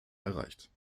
erreicht